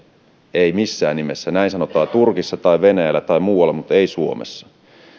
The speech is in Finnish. ei missään nimessä näin näin sanotaan turkissa tai venäjällä tai muualla mutta ei suomessa